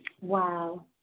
Wow